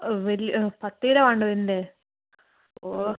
ഓ വലിയ പത്ത് കിലോ വേണ്ടത് ഉണ്ട് ഓ